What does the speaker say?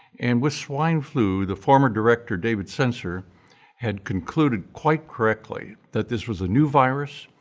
and with swine flu the former director david sencer had concluded quite correctly that this was a new virus,